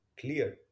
clear